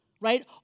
right